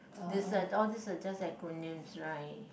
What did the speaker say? this all these are just acronyms right